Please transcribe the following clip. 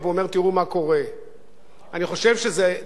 אני חושב שאלה דברים שאסור לנו להתעלם מהם,